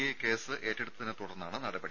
I case ഏറ്റെടുത്തതിനെത്തുടർന്നാണ് നടപടി